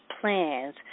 plans